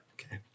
Okay